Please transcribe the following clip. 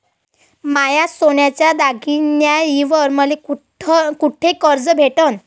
माया सोन्याच्या दागिन्यांइवर मले कुठे कर्ज भेटन?